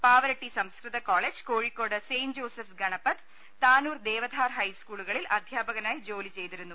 പാവരട്ടി സംസ്കൃത college Kozhikode saint Joseph's Ganapath Tanur Devadhar ഹൈസ്കൂളുകളിൽ അധ്യാപകനായി ജോലി ചെയ്തിരുന്നു